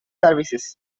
services